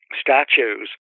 statues